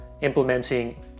implementing